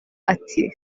ati